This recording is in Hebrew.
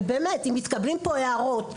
אם מתקבלות כאן הערות,